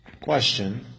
Question